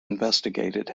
investigated